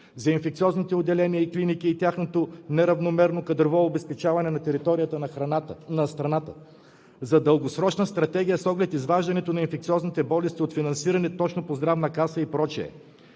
за инфекциозните отделения и клиники и тяхното неравномерно кадрово обезпечаване на територията на страната; за дългосрочна стратегия с оглед изваждането на инфекциозните болести от финансиране точно по Здравна каса и